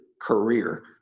career